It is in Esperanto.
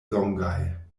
longaj